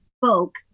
folk